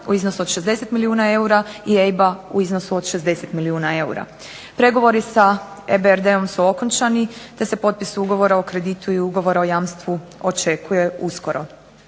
u iznosu od 60 milijuna eura i EIB-a u iznosu od 60 milijuna eura. Pregovori sa EBRD-om su okončani te se potpis ugovora o kreditu i ugovora o jamstvu očekuje uskoro.